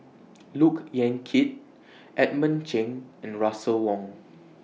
Look Yan Kit Edmund Cheng and Russel Wong